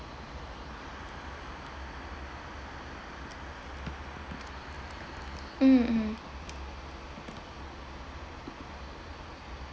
mm mm